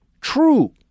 true